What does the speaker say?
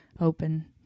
open